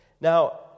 Now